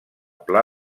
pla